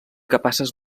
capaces